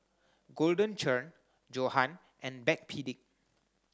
Golden Churn Johan and Backpedic